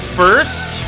first